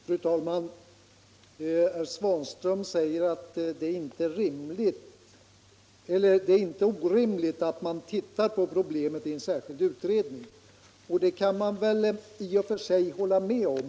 Fru talman! Herr Svanström sade att det inte är orimligt att se på detta problem i en särskild utredning, och det kan man väl i och för sig hålla med om.